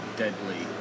deadly